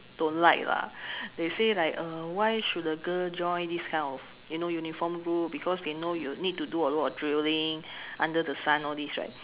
don't like lah they say like err why should a girl join this kind of you know uniform group because they know you need to do a lot of drilling under the sun all these right